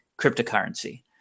cryptocurrency